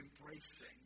embracing